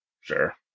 sure